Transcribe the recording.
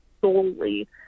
solely